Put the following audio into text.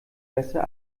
besser